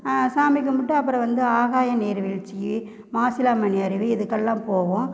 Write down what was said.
சாமி கும்பிட்டு அப்புறம் வந்து ஆகாய நீர்வீழ்ச்சி மாசிலாமணி அருவி இதுக்கெல்லாம் போவோம்